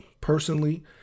personally